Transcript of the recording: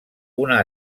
una